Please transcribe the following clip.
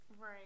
Right